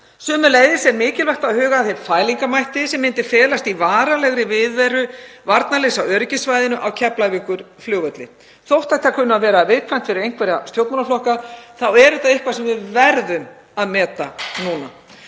Sömuleiðis er mikilvægt að huga að þeim fælingarmætti sem myndi felast í varanlegri viðveru varnarliðs á öryggissvæðinu á Keflavíkurflugvelli. Þótt þetta kunni að vera viðkvæmt fyrir einhverja stjórnmálaflokka þá er þetta eitthvað sem við verðum að meta núna.